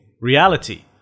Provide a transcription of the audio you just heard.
reality